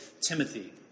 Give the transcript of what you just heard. Timothy